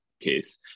case